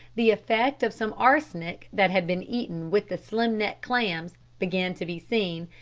the effect of some arsenic that had been eaten with the slim-neck clams began to be seen,